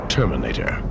Terminator